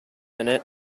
innit